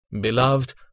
Beloved